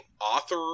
author